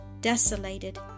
desolated